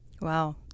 Wow